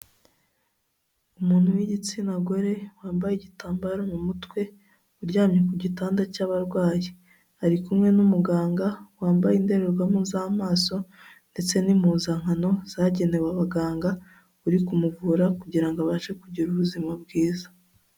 Umuntu w'igitsina gore, wambaye igitambaro mu mutwe, uryamye ku gitanda cy'abarwayi. Ari kumwe n'umuganga, wambaye indorerwamo z'amaso, ndetse n'impuzankano zagenewe abaganga, uri kumuvura kugira ngo abashe kugira ubuzima bwiza.